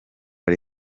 ari